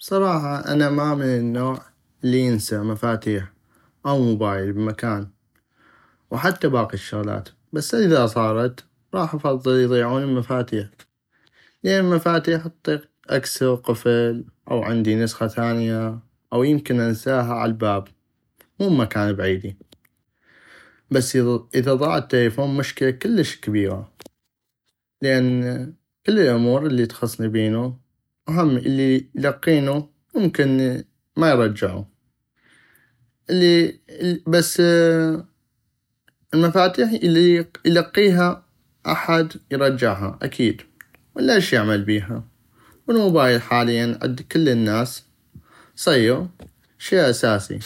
بصراحة انا ما من النوع الي ينسى مفاتيح او موبايل بمكان وحتى باقي الشغلات بس اذا صارت راح افضل يضيعون المفاتيح لان المفاتيح اطيق اكسغ قفل او عندي نسخة ثانية او يمكن انساها على الباب مو بمكان بعيدي بس اذا ضاع التلفون مشكلة كلش كبيغة لان كل الامور الي تخصني بينو وهم الي يلقينو ممكن ما يرجعو بس المفاتيح اذا لقاها احد غاح ارجعها اكيد والا اش يعمل بيها والموبايل حاليا عند كل الناس صيغ شي اساسي